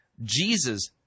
Jesus